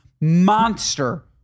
monster